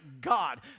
God